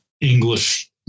English